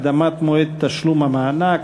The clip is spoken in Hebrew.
הקדמת מועד תשלום המענק),